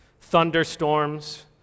thunderstorms